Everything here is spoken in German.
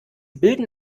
bilden